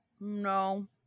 No